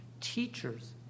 teachers